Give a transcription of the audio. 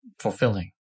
fulfilling